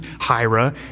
Hira